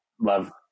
love –